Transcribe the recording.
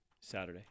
Saturday